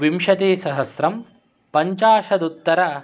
विंशतिसहस्त्रं पञ्चाशदुत्तर